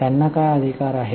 त्यांना काय अधिकार आहेत